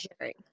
sharing